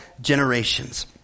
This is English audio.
generations